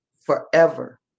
forever